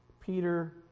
peter